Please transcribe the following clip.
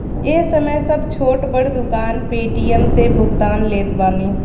ए समय सब छोट बड़ दुकानदार पेटीएम से भुगतान लेत बाने